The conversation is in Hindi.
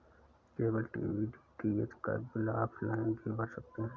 केबल टीवी डी.टी.एच का बिल ऑफलाइन भी भर सकते हैं